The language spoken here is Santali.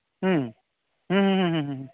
ᱦᱩᱸ ᱦᱩᱸ ᱦᱩᱸ ᱦᱩᱸ ᱦᱩᱸ ᱦᱩᱸ